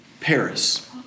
Paris